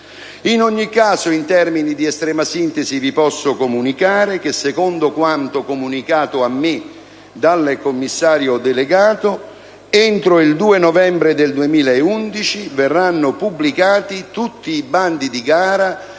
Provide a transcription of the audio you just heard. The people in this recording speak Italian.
In ogni caso, in termini di estrema sintesi vi posso comunicare che, secondo quanto comunicato a me dal commissario delegato, entro il 2 novembre 2011 verranno pubblicati tutti i bandi di gara